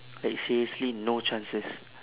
like seriously no chances